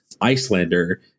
Icelander